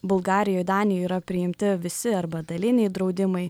bulgarijoj danijoj yra priimti visi arba daliniai draudimai